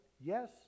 Yes